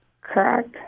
Correct